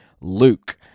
Luke